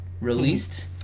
released